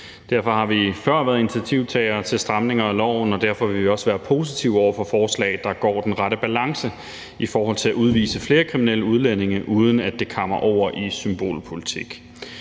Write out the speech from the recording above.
Derfor har vi før været initiativtagere til stramninger af loven, og derfor vil vi også være positive over for forslag, der har den rette balance i forhold til at udvise flere kriminelle udlændinge, uden at det kammer over i symbolpolitik.